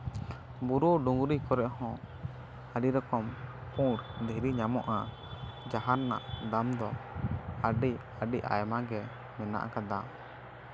ᱵᱩᱨᱩ ᱰᱩᱝᱨᱤ ᱠᱚᱨᱮᱜ ᱦᱚᱸ ᱟᱹᱰᱤ ᱨᱚᱠᱚᱢ ᱯᱩᱲ ᱫᱷᱤᱨᱤ ᱧᱟᱢᱚᱜᱼᱟ ᱡᱟᱦᱟᱸ ᱨᱮᱱᱟᱜ ᱫᱟᱢ ᱫᱚ ᱟᱹᱰᱤ ᱟᱹᱰᱤ ᱟᱭᱢᱟ ᱜᱮ ᱢᱮᱱᱟᱜ ᱠᱟᱫᱟ